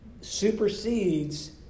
supersedes